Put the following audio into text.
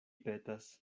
petas